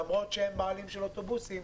למרות שהם בעלים של אוטובוסים,